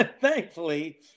thankfully